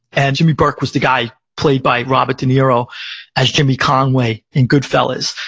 and jimmy burke was the guy played by robert de niro as jimmy conway in goodfellas.